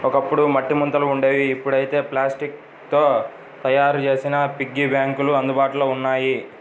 ఒకప్పుడు మట్టి ముంతలు ఉండేవి ఇప్పుడైతే ప్లాస్టిక్ తో తయ్యారు చేసిన పిగ్గీ బ్యాంకులు అందుబాటులో ఉన్నాయి